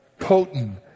Potent